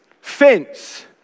fence